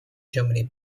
germany